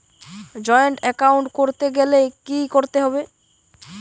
Joint account করতে গেলে কি করতে হবে?